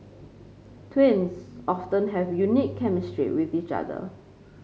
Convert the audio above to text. twins often have a unique chemistry with each other